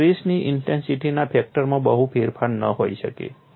તેમાં સ્ટ્રેસની ઇન્ટેન્સિટીના ફેક્ટરમાં બહુ ફેરફાર ન હોઈ શકે